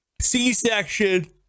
C-section